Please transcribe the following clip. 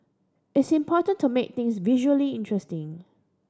it's important to make things visually interesting